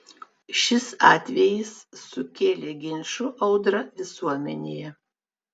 šis atvejis sukėlė ginčų audrą visuomenėje